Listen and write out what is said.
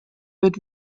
wird